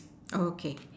okay